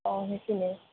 অঁ সেইখিনিয়েই